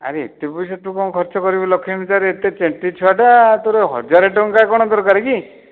ଆରେ ଏତେ ପଇସା ତୁ କ'ଣ ଖର୍ଚ୍ଚ କରିବୁ ଲକ୍ଷ୍ମୀ ପୂଜାରେ ଏତେ ଚେନ୍ତି ଛୁଆ ଟା ତୋର ହଜାର ଟଙ୍କା କ'ଣ ଦରକାର କି